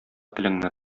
телеңне